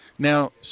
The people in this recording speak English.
Now